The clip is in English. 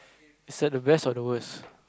is that the best or the worst